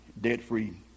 debt-free